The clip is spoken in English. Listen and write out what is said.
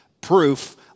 proof